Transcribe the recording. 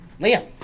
Liam